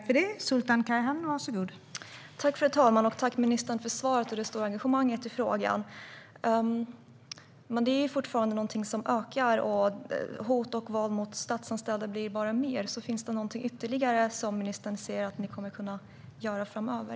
Fru talman! Jag tackar ministern för svaret och det stora engagemanget i frågan. Men hoten och våldet mot statsanställda ökar fortfarande. Finns det någonting ytterligare som ministern ser att ni kommer att kunna göra framöver?